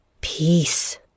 PEACE